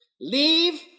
Leave